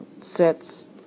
sets